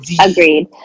Agreed